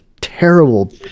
terrible